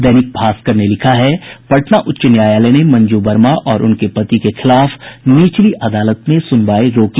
दैनिक भास्कर ने लिखा है पटना उच्च न्यायालय ने मंजू वर्मा और उनके पति के खिलाफ निचली अदालत में सुनवाई रोकी